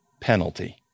penalty